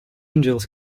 angels